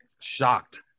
shocked